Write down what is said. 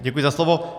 Děkuji za slovo.